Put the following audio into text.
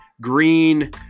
green